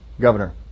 governor